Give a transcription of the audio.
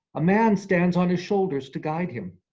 a man stands on his shoulders to guide him.